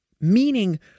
Meaning